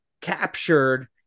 captured